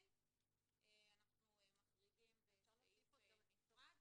אנחנו מחריגים בסעיף נפרד,